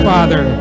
Father